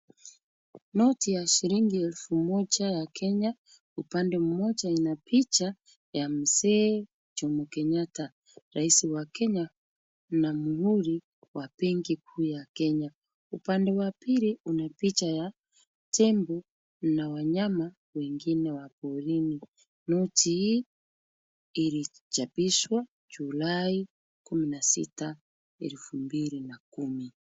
Noti ya shilingi elfu moja ya Kenya. Upande mmoja ina picha ya mzee Jomo Kenyatta rais wa Kenya na muhuri wa benki kuu ya Kenya. Upande wa pili una picha ya tembo na wanyama wengine wa porini. Noti hii ilichapishwa Julai, kumi na sita, elfu mbili na kumi.